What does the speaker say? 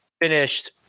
finished